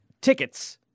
tickets